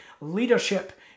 leadership